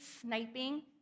sniping